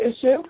issue